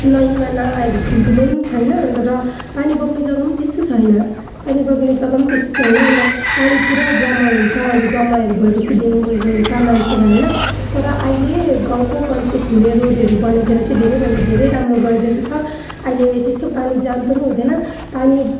लाइनमा नालाहरू ठुल्ठुलो पनि छैन अन्त र पामी बग्ने जग्गा पनि त्यस्तो छैन पानी बग्ने जग्गा पनि त्यस्तो छैन अन्त पानी पुरा जम्मा हुन्छ अन्त जम्माहरू भएपछि डेङ्गुहरू हुन्छ मान्छेलाई होइन तर आहिले गाउँको पन्चायतले रोडहरू बनाइदिएर चाहिँ धेरै भन्दा धेरै राम्रो गरिदिएको छ आहिले त्यस्तो पानी जाम पनि हुँदैन पानी